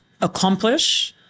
accomplish